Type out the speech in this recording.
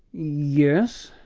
yes.